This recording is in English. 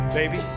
baby